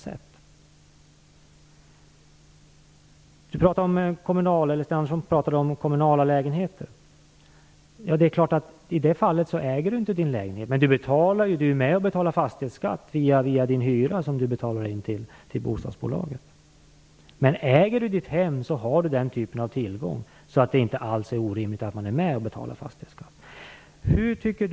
Sten Andersson talade om kommunala lägenheter och det är klart att man i det fallet inte äger sin lägenhet. Man är dock med och betalar fastighetsskatt via den hyra som betalas in till bostadsbolaget. Äger man sitt hem har man däremot nämnda typ av tillgång. Således är det inte alls orimligt att vara med och betala fastighetsskatt.